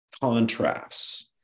contrasts